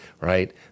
right